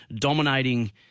dominating